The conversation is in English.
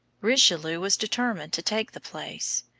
richelieu was determined to take the place.